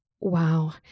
wow